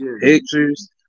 pictures